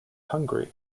hungary